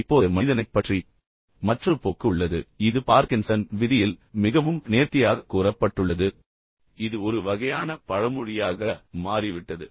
இப்போது மனிதனைப் பற்றி மற்றொரு போக்கு உள்ளது இது பார்கின்சன் விதியில் மிகவும் நேர்த்தியாகக் கூறப்பட்டுள்ளது இது ஒரு வகையான பழமொழியாக மாறிவிட்டது